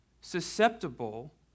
susceptible